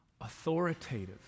authoritative